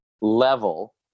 level